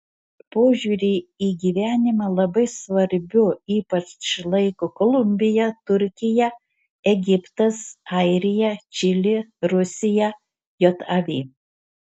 požiūrį į gyvenimą labai svarbiu ypač laiko kolumbija turkija egiptas airija čilė rusija jav